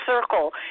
circle